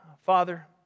Father